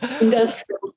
Industrial